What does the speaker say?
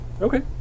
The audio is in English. Okay